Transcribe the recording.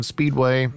Speedway